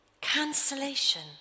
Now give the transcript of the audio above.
cancellation